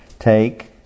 Take